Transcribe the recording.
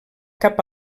cap